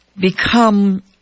become